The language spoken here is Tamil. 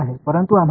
பொருள் இல்லைதானே